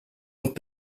und